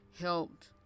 helped